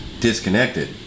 disconnected